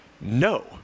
No